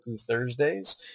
Thursdays